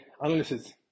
analysis